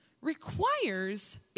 requires